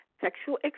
sexual